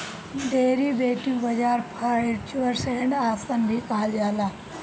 derivative बाजार futures and option भी कहल जाला